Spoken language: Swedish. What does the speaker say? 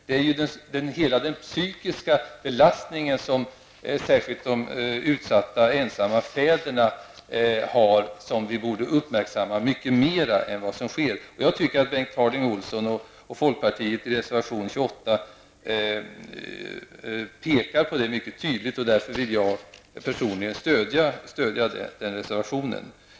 Det är ju hela den psykiska belastningen som särskilt de utsatta ensamma fäderna upplever som vi borde uppmärksamma mer än vad som nu sker. Jag anser att Bengt Harding Olson och folkpartiet i reservation 28 pekar mycket tydligt på detta, och jag vill därför personligen stödja den reservationen.